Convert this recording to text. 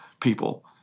people